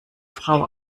frau